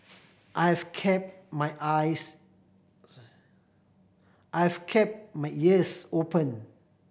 I have kept my eyes I have kept my ears open